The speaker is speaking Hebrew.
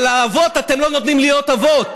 אבל לאבות אתם לא נותנים להיות אבות.